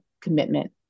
commitment